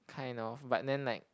kind of but then like